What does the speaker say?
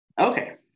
Okay